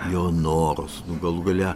jo norus nu galų gale